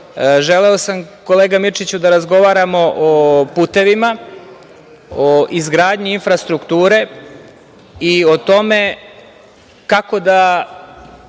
Želeo sam kolega Mirčiću da razgovaramo o putevima, o izgradnji infrastrukture i o tome kako da